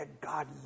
God